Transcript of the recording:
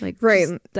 Right